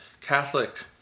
Catholic